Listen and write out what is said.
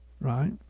Right